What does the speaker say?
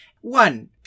One